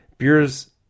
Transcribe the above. Beers